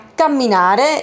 camminare